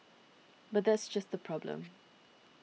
but that's just the problem